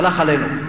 הלך עלינו.